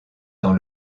dans